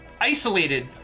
isolated